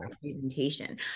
presentation